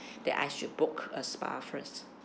that I should book a spa first